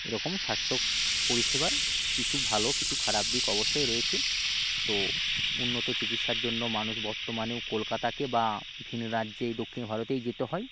এরকম স্বাস্থ্য পরিষেবার কিছু ভালো কিছু খারাপ দিক অবশ্যই রয়েছে তো উন্নত চিকিৎসার জন্য মানুষ বর্তমানেও কলকাতাকে বা ভিন রাজ্যে দক্ষিণ ভারতেই যেতে হয়